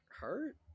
hurt